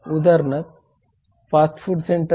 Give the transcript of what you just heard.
उदाहरणार्थ fast food centre